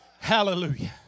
Hallelujah